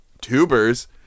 tubers